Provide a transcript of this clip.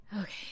okay